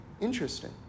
interesting